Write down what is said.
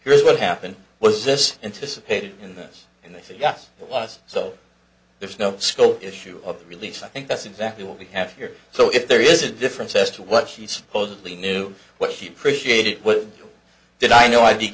here's what happened was this anticipated in this and they say yes it was so there is no scope issue of the release i think that's exactly what we have here so if there is a difference as to what he supposedly knew what he appreciated what did i know i